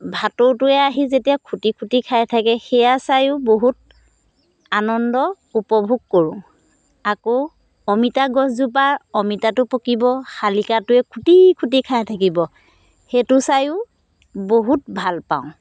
ভাটৌটোৱে আহি যেতিয়া খুটি খুটি খাই থাকে সেয়া চাইয়ো বহুত আনন্দ উপভোগ কৰোঁ আকৌ অমিতা গছজোপাৰ অমিতাটো পকিব শালিকাটোৱে খুটি খুটি খাই থাকিব সেইটো চাইয়ো বহুত ভালপাওঁ